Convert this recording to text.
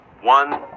One